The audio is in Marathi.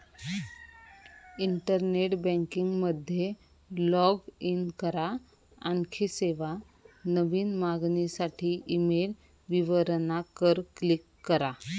इंटरनेट बँकिंग मध्ये लाॅग इन करा, आणखी सेवा, नवीन मागणीसाठी ईमेल विवरणा वर क्लिक करा